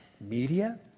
media